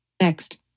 Next